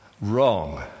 wrong